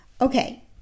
okay